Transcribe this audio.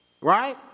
Right